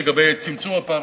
לגבי צמצום הפערים,